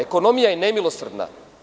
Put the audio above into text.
Ekonomija je nemilosrdna.